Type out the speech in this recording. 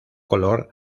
color